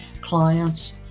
clients